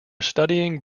studying